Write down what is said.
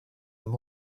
them